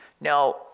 Now